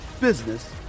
business